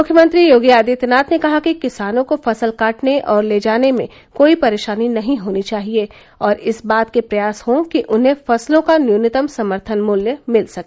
मुख्यमंत्री योगी आदित्यनाथ ने कहा कि किसानों को फसल काटने और ले जाने में कोई परेशानी नहीं आनी चाहिए और इस बात के प्रयास हो कि उन्हें फसलों का न्यूनतम समर्थन मूल्य मिल सके